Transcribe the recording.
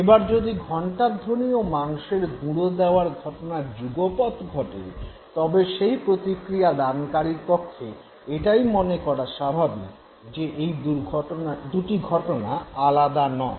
এবার যদি ঘণ্টাধ্বনি ও মাংসের গুঁড়ো দেওয়ার ঘটনা যুগপৎ ঘটে তবে সেই প্রতিক্রিয়া দানকারীর পক্ষে এটাই মনে করা স্বাভাবিক যে এই দু'টি ঘটনা আলাদা নয়